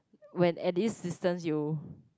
when add this system use